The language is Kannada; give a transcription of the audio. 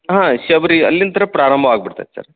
ಹಾಂ ಶಬರಿ ಅಲ್ಲಿಂತ್ರ ಪ್ರಾರಂಭವಾಗಿ ಬಿಡ್ತೈತಿ ಸರ್